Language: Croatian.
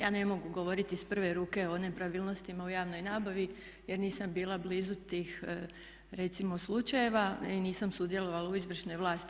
Ja ne mogu govoriti iz prve ruke o nepravilnostima u javnoj nabavi jer nisam bila blizu tih recimo slučajeva i nisam sudjelovala u izvršnoj vlasti.